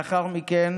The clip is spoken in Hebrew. לאחר מכן